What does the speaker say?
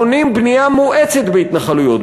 בונים בנייה מואצת בהתנחלויות.